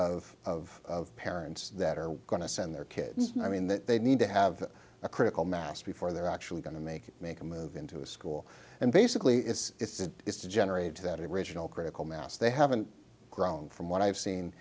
group of parents that are going to send their kids and i mean that they need to have a critical mass before they're actually going to make it make a move into a school and basically it's to generate that original critical mass they haven't grown from what i've seen